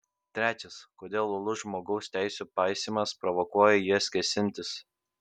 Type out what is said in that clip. trečias kodėl uolus žmogaus teisių paisymas provokuoja į jas kėsintis